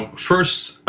first,